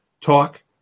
talk